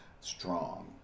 strong